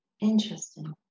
interesting